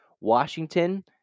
Washington